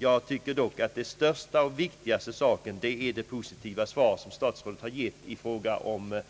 Jag tycker att det viktigaste är det potisiva svar som statsrådet har gett på frågan om